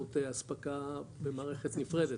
באמצעות אספקה במערכת נפרדת,